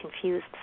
confused